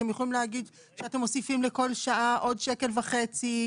אתם יכולים להגיד שאתם מוסיפים לכל שעה עוד שקל וחצי,